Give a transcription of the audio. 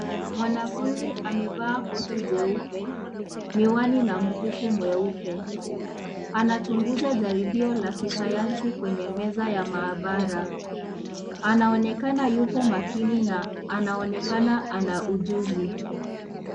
Mwanafunzi amevaa koti jeupe, miwani, na mukufu mweupe. Anachunguza jaribio la kisayansi kwenye meza ya maabara. Anaonekana yupo makini na anaonekana ana ujuzi.